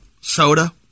soda